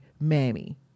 Mammy